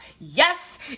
yes